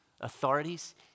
authorities